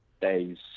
days